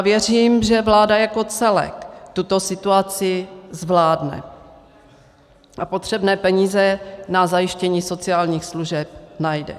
Věřím, že vláda jako celek tuto situaci zvládne a potřebné peníze na zajištění sociálních služeb najde.